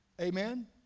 amen